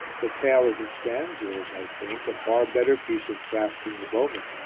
the tale as it stands is, i think, a far better piece of craft than the bowmen,